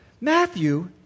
Matthew